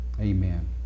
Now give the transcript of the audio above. Amen